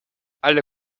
alle